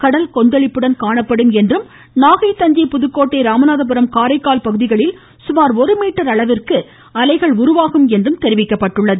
கடல் கொந்தளிப்புடன் காணப்படும் என்றும் நாகை தஞ்சை புதுக்கோட்டை ராமநாதபுரம் காரைக்கால் பகுதிகளில் சுமார் ஒரு மீட்டர் அளவிற்கு அலைகள் உருவாகும் என்றும் தெரிவிக்கப்பட்டுள்ளது